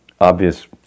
obvious